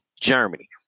Germany